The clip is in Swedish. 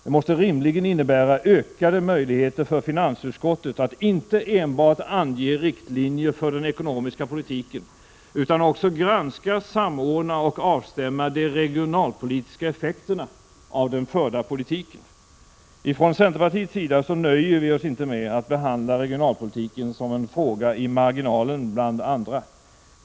Det måste rimligen innebära ökade möjligheter för finansutskottet att inte enbart ange riktlinjer för den ekonomiska politiken utan också granska, samordna och avstämma de regionalpolitiska effekterna av den förda politiken. Ifrån centerpartiets sida nöjer vi oss inte med att behandla regionalpolitiken som en fråga i marginalen bland andra.